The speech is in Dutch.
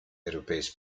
europees